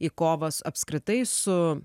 į kovas apskritai su